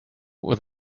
with